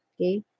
Okay